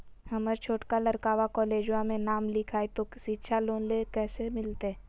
हमर छोटका लड़कवा कोलेजवा मे नाम लिखाई, तो सिच्छा लोन कैसे मिलते?